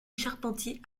charpentier